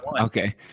okay